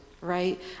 Right